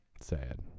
Sad